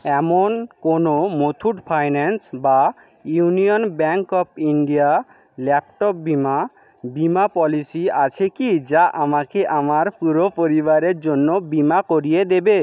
এমন কোনো মুথুট ফাইন্যান্স বা union bank of India laptop বিমা বিমা পলিসি আছে কি যা আমাকে আমার পুরো পরিবারের জন্য বিমা করিয়ে দেবে